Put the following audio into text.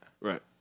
Right